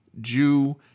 Jew